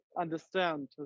understand